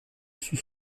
sous